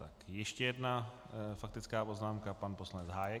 Tak ještě jedna faktická poznámka pan poslanec Hájek.